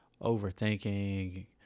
overthinking